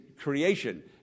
creation